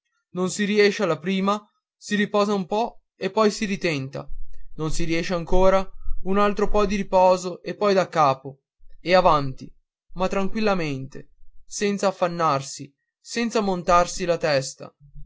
non riesce alla prima si riposa un po e poi si ritenta non riesce ancora un altro po di riposo e poi daccapo e avanti ma tranquillamente senza affannarsi senza montarsi la testa